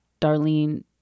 Darlene